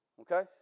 Okay